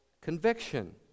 conviction